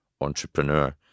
entrepreneur